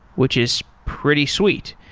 which is pretty sweet.